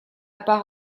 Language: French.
par